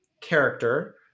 character